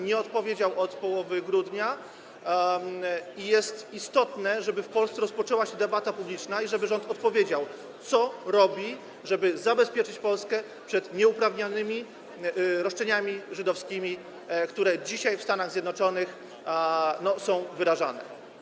Nie odpowiedział od połowy grudnia, a jest istotne, żeby w Polsce rozpoczęła się debata publiczna i żeby rząd odpowiedział, co robi, żeby zabezpieczyć Polskę przed nieuprawnionymi roszczeniami żydowskimi, które dzisiaj w Stanach Zjednoczonych są wyrażane.